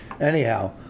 Anyhow